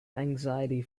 anxiety